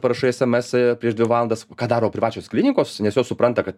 parašai esamesą prieš dvi valandas ką daro privačios klinikos nes jos supranta kad